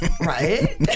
Right